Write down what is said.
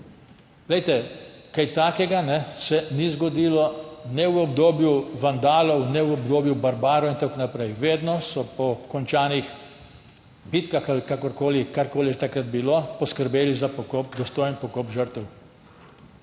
Kaj takega se ni zgodilo ne v obdobju vandalov ne v obdobju barbarov in tako naprej. Vedno so po končanih bitkah ali kakorkoli, karkoli je že takrat bilo, poskrbeli za dostojen pokop žrtev.